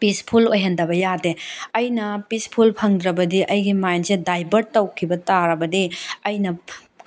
ꯄꯤꯁꯐꯨꯜ ꯑꯣꯏꯍꯟꯗꯕ ꯌꯥꯗꯦ ꯑꯩꯅ ꯄꯤꯁꯐꯨꯜ ꯐꯪꯗ꯭ꯔꯕꯗꯤ ꯑꯩꯒꯤ ꯃꯥꯏꯟꯗꯁꯦ ꯗꯥꯏꯚꯔꯠ ꯇꯧꯈꯤꯕ ꯇꯥꯔꯕꯗꯤ ꯑꯩꯅ